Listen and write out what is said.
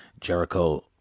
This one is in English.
Jericho